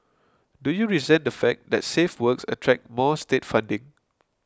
do you resent the fact that safe works attract more state funding